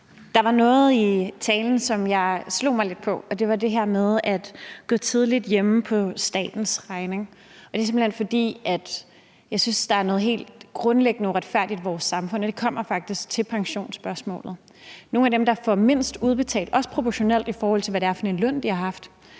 Der var noget i talen, som jeg slog mig lidt på, og det var det her med at gå tidligt hjemme på statens regning. Det er simpelt hen, fordi jeg synes, der er noget helt grundlæggende uretfærdigt i vores samfund, og det handler faktisk om pensionsspørgsmålet. Nogle af dem, der får mindst udbetalt, også proportionelt, i forhold til hvad det er for en løn, de har haft,